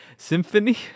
Symphony